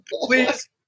Please